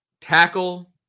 tackle